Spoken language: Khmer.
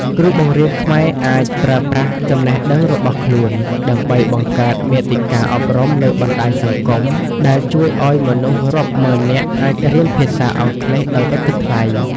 គ្រូបង្រៀនខ្មែរអាចប្រើប្រាស់ចំណេះដឹងរបស់ខ្លួនដើម្បីបង្កើតមាតិកាអប់រំលើបណ្តាញសង្គម ដែលជួយឱ្យមនុស្សរាប់ម៉ឺននាក់អាចរៀនភាសាអង់គ្លេសដោយឥតគិតថ្លៃ។